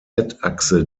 achse